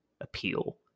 appeal